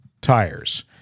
tires